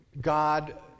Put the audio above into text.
God